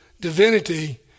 divinity